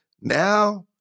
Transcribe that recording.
now